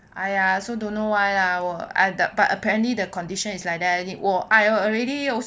!aiya! I also don't know why lah !aiya! but apparently the condition is like that 我 I already